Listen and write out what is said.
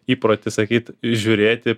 įprotį sakyt žiūrėti